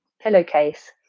pillowcase